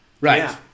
Right